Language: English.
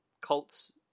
Colt's